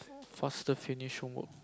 faster finish homework